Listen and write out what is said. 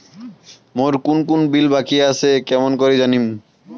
মোর কুন কুন বিল বাকি আসে কেমন করি জানিম?